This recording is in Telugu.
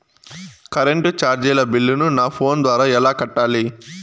కరెంటు చార్జీల బిల్లును, నా ఫోను ద్వారా ఎలా కట్టాలి?